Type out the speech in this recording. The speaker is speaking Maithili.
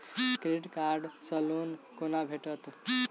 क्रेडिट कार्ड सँ लोन कोना भेटत?